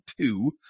two